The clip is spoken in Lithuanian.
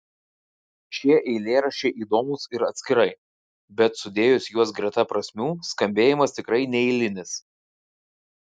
šie eilėraščiai įdomūs ir atskirai bet sudėjus juos greta prasmių skambėjimas tikrai neeilinis